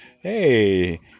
hey